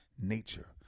nature